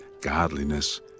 godliness